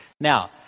now